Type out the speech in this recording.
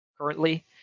currently